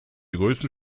größten